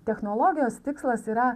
technologijos tikslas yra